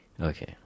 Okay